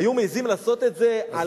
היו מעזים לעשות את זה על,